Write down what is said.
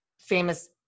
famous